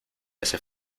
hace